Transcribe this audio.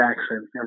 Jackson